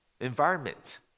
environment